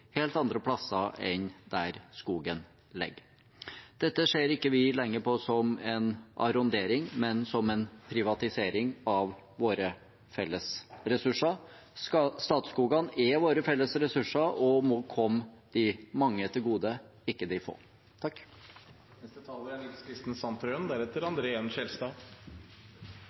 helt andre steder enn der skogen ligger. Dette ser ikke vi lenger på som en arrondering, men som en privatisering av våre felles ressurser. Statsskogene er våre felles ressurser og må komme de mange til gode, ikke de få. Vanlige folks tilgang til naturen vår og til friluftsliv er